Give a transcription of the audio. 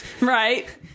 Right